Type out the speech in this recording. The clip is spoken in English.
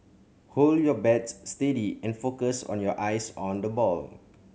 hold your bats steady and focus your eyes on the ball